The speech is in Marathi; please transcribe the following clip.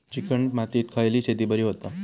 चिकण मातीत खयली शेती बरी होता?